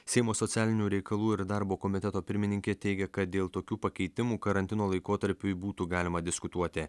seimo socialinių reikalų ir darbo komiteto pirmininkė teigia kad dėl tokių pakeitimų karantino laikotarpiui būtų galima diskutuoti